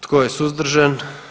Tko je suzdržan?